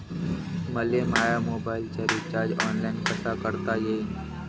मले माया मोबाईलचा रिचार्ज ऑनलाईन करता येईन का?